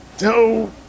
No